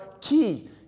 key